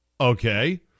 okay